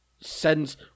sends